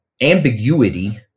ambiguity